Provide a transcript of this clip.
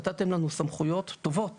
נתתם לנו סמכויות טובות